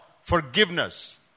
forgiveness